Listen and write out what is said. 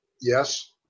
Yes